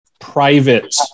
private